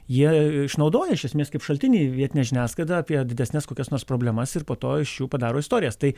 jie išnaudoja iš esmės kaip šaltiniai vietinę žiniasklaidą apie didesnes kokias nors problemas ir po to iš jų padaro istorijas tai